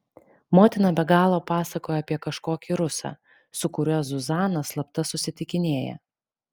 motina be galo pasakojo apie kažkokį rusą su kuriuo zuzana slapta susitikinėja